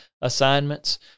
assignments